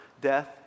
death